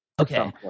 Okay